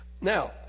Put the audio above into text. Now